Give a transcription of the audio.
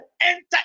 enter